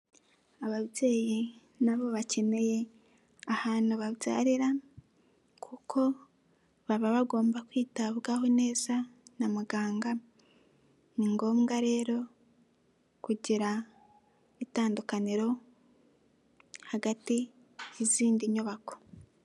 Ababyeyi n'abo bakeneye ahantu babyarira kuko baba bagomba kwitabwaho neza na muganga, ni ngombwa rero kugira itandukaniro hagati y'izindi nyubako.